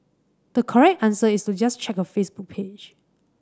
the correct answer is to just check her Facebook page